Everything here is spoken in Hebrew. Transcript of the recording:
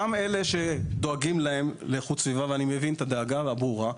אותם אלה שדואגים להם לאיכות סביבה ואני מבין אתה הדרגה הברורה.